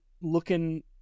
looking